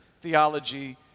theology